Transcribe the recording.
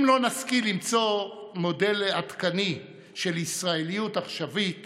אם לא נשכיל למצוא מודל עדכני של ישראליות עכשווית